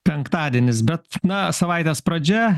penktadienis bet na savaitės pradžia